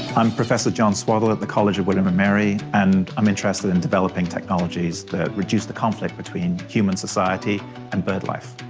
i'm professor john swaddle at the college of william and mary, and i'm interested in developing technologies that reduce the conflict between human society and birdlife.